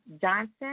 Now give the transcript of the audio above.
Johnson